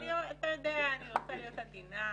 אני רוצה להיות עדינה,